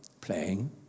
playing